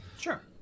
Sure